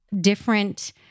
different